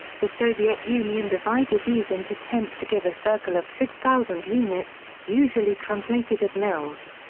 the soviet union divided these into tenths to give a circle of six thousand units, usually translated as mils.